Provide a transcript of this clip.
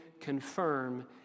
confirm